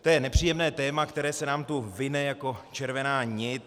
To je nepříjemné téma, které se nám tu vine jako červená nit.